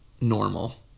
normal